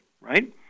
right